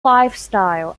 lifestyle